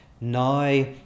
Now